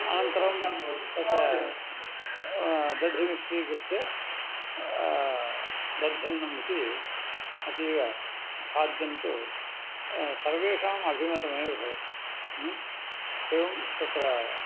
अनन्तरं तत्र दधि मिश्रीकृत्य दध्यन्नम् इति अतीव खाद्यन्तु सर्वेषाम् अभिमतमेव भवति ह्म् एवं तत्र